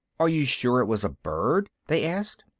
are you sure it was a bird? they asked.